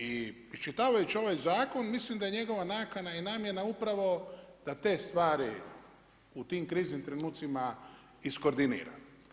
Iščitavajući ovaj zakon mislim da je njegova nakana i namjena upravo da te stvari u tim kriznim trenucima iskordinira.